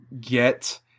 get